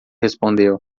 respondeu